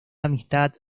amistad